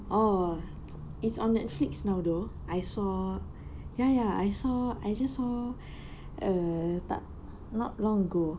oh it's on netflix now though I saw ya ya I saw I just saw uh tak not long ago